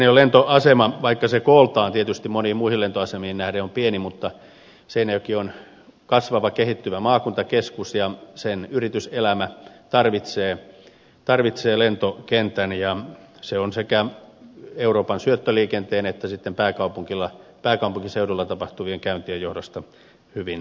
seinäjoen lentoasema on kooltaan tietysti moniin muihin lentoasemiin nähden pieni mutta seinäjoki on kasvava kehittyvä maakuntakeskus ja sen yrityselämä tarvitsee lentokentän ja se on sekä euroopan syöttöliikenteen että pääkaupunkiseudulla tapahtuvien käyntien johdosta hyvin välttämätön